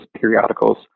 periodicals